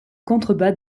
contrebas